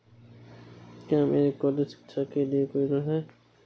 क्या मेरे कॉलेज शिक्षा के लिए कोई ऋण है?